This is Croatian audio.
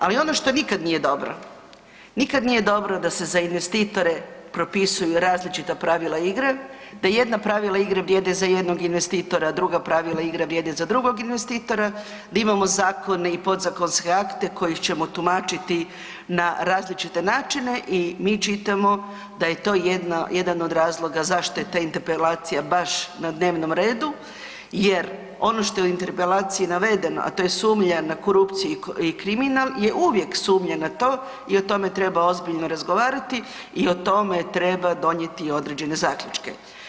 Ali ono što nikad nije dobro, nikad nije dobro da se za investitore propisuju različita pravila igre, da jedna pravila igre vrijede za jednog investitora, a druga pravila igre vrijede za drugog investitora, da imamo zakone i podzakonske akte kojih ćemo tumačiti na različite načine i mi čitamo da je to jedan od razloga zašto je ta interpelacija baš na dnevnom redu jer ono što je u interpelaciji navedeno, a to je sumnja na korupciju i kriminal je uvijek sumnja na to i o tome treba ozbiljno razgovarati i o tome treba donijeti određene zaključke.